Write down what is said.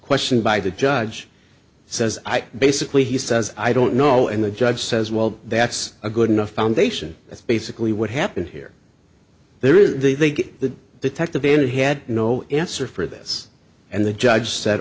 questioned by the judge says i basically he says i don't know and the judge says well that's a good enough foundation that's basically what happened here there is they they get the detective and he had no answer for this and the judge said